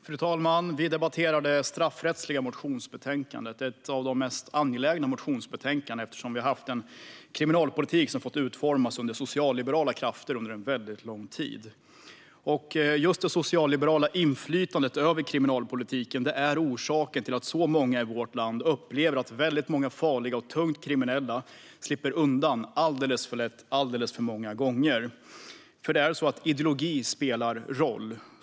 Fru talman! Vi debatterar det straffrättsliga motionsbetänkandet. Det är ett av de mest angelägna motionsbetänkandena eftersom vi har haft en kriminalpolitik som fått utformas under socialliberala krafter under väldigt lång tid. Just det socialliberala inflytandet över kriminalpolitiken är orsaken till att så många i vårt land upplever att väldigt många farliga och tungt kriminella alldeles för många gånger slipper undan alldeles för lätt. Ideologi spelar nämligen roll.